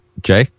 Jay